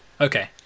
Okay